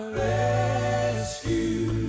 rescue